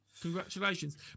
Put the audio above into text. congratulations